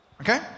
Okay